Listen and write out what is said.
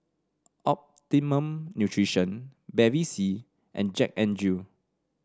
Optimum Nutrition Bevy C and Jack N Jill